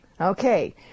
Okay